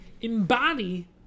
embody